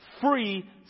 free